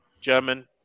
German